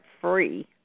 free